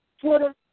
Twitter